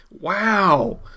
wow